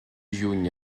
juny